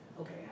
Okay